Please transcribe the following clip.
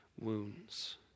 wounds